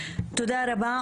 תודה רבה.